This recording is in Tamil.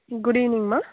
குட் ஈவினிங்மா